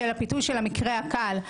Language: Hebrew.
הפיתוי של המקרה הקל.